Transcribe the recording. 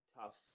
tough